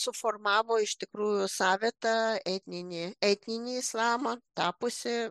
suformavo iš tikrųjų savitą etninį etninį islamą tapusį